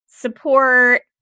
support